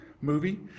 movie